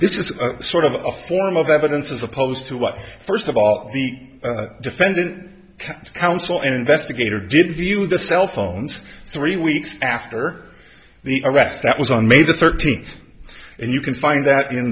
this is sort of a form of evidence as opposed to what first of all the defendant can't counsel an investigator did you the cell phones three weeks after the arrest that was on may thirteenth and you can find that in